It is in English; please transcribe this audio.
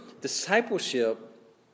discipleship